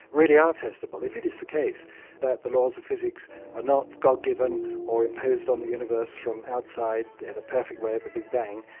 really are testable. if it is the case that the laws of physics are not god-given or imposed on the universe from outside in a perfect way at the big bang,